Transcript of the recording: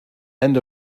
end